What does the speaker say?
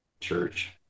church